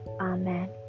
amen